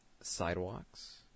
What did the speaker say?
sidewalks